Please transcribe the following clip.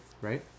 right